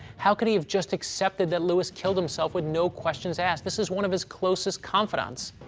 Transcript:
how could he have just accepted that lewis killed himself with no questions asked. this is one of his closest confidants.